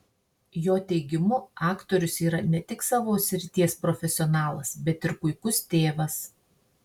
jo teigimu aktorius yra ne tik savo srities profesionalas bet ir puikus tėvas